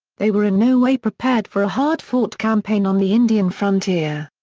they were in no way prepared for a hard fought campaign on the indian frontier.